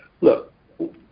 look